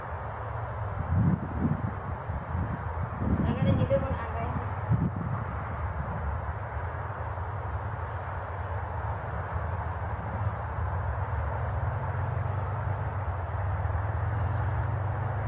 ᱟᱨ ᱱᱚᱸᱰᱮ ᱧᱤᱫᱟᱹ ᱵᱚᱱ ᱟᱸᱜᱟᱭᱟ ᱦᱟᱸᱜ